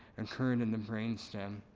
occurred in the brain stem.